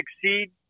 succeed